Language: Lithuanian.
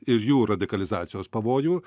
ir jų radikalizacijos pavojų